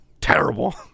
terrible